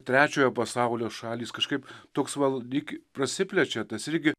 trečiojo pasaulio šalys kažkaip toks va lyg prasiplečia tas irgi